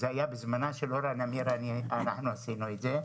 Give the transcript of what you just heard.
בזמנו זה היה חוק שחוקק בזמנה של אורה נמיר שאנחנו חוקקנו אותו.